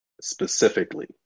Specifically